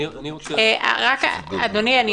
אדוני,